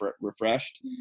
refreshed